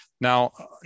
Now